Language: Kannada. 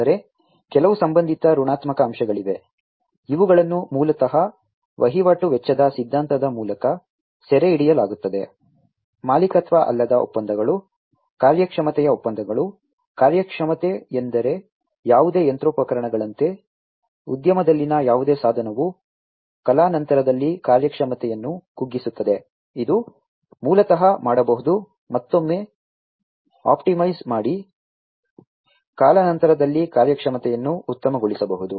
ಆದರೆ ಕೆಲವು ಸಂಬಂಧಿತ ಋಣಾತ್ಮಕ ಅಂಶಗಳಿವೆ ಇವುಗಳನ್ನು ಮೂಲತಃ ವಹಿವಾಟು ವೆಚ್ಚದ ಸಿದ್ಧಾಂತದ ಮೂಲಕ ಸೆರೆಹಿಡಿಯಲಾಗುತ್ತದೆ ಮಾಲೀಕತ್ವ ಅಲ್ಲದ ಒಪ್ಪಂದಗಳು ಕಾರ್ಯಕ್ಷಮತೆಯ ಒಪ್ಪಂದಗಳು ಕಾರ್ಯಕ್ಷಮತೆ ಎಂದರೆ ಯಾವುದೇ ಯಂತ್ರೋಪಕರಣಗಳಂತೆ ಉದ್ಯಮದಲ್ಲಿನ ಯಾವುದೇ ಸಾಧನವು ಕಾಲಾನಂತರದಲ್ಲಿ ಕಾರ್ಯಕ್ಷಮತೆಯನ್ನು ಕುಗ್ಗಿಸುತ್ತದೆ ಇದು ಮೂಲತಃ ಮಾಡಬಹುದು ಮತ್ತೊಮ್ಮೆ ಆಪ್ಟಿಮೈಸ್ ಮಾಡಿ ಕಾಲಾನಂತರದಲ್ಲಿ ಕಾರ್ಯಕ್ಷಮತೆಯನ್ನು ಉತ್ತಮಗೊಳಿಸಬಹುದು